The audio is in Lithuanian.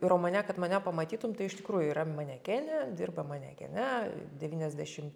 romane kad mane pamatytum tai iš tikrųjų yra manekenė dirba manekene devyniasdešim